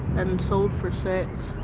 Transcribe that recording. and sold for sex.